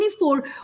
24